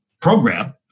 program